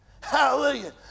hallelujah